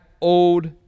old